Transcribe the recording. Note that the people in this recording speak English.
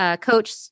coach